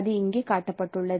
அது இங்கே காட்டப்பட்டுள்ளது